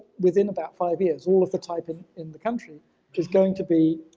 within about five years all of the type in in the country was going to be,